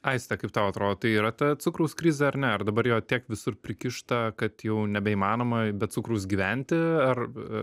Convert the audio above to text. aiste kaip tau atrodo tai yra ta cukraus krizė ar ne dabar jo tiek visur prikišta kad jau nebeįmanoma be cukraus gyventi ar